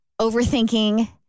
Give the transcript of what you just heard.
overthinking